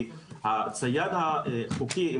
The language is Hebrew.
כי הצעיד החוקי,